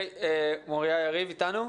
מוריה יריב אתנו?